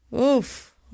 Oof